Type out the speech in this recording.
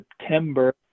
September